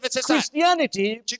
Christianity